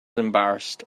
embarrassed